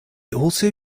also